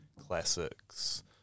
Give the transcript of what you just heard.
classics